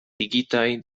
ligitaj